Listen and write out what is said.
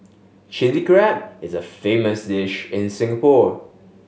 Chilli Crab is a famous dish in Singapore